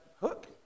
hook